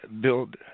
build